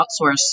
outsource